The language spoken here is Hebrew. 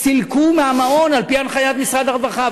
סילקו מהמעון על-פי הנחיית משרד הרווחה.